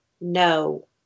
No